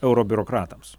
euro biurokratams